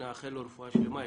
נאחל לו רפואה שלמה.